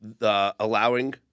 allowing